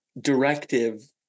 directive